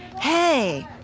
hey